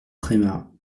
premat